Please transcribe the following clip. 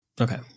Okay